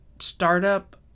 startup